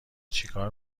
چیکار